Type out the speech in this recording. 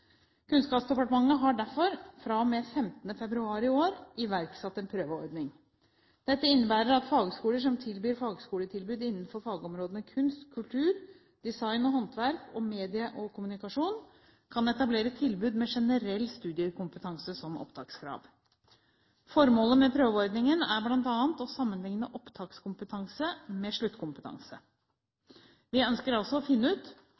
Kunnskapsdepartementet har derfor, fra og med 15. februar i år, iverksatt en prøveordning. Dette innebærer at fagskoler som tilbyr fagskoletilbud innenfor fagområdene kunst, kultur, design og håndverk og media og kommunikasjon kan etablere tilbud med generell studiekompetanse som opptakskrav. Formålet med prøveordningen er bl.a. å sammenlikne opptakskompetanse med sluttkompetanse. Vi ønsker altså å finne ut